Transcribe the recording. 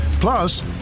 Plus